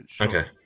Okay